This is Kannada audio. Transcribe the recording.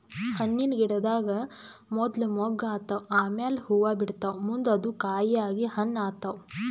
ಹಣ್ಣಿನ್ ಗಿಡದಾಗ್ ಮೊದ್ಲ ಮೊಗ್ಗ್ ಆತವ್ ಆಮ್ಯಾಲ್ ಹೂವಾ ಬಿಡ್ತಾವ್ ಮುಂದ್ ಅದು ಕಾಯಿ ಆಗಿ ಹಣ್ಣ್ ಆತವ್